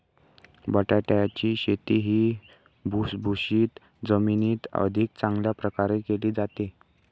बटाट्याची शेती ही भुसभुशीत जमिनीत अधिक चांगल्या प्रकारे केली जाते